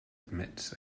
admits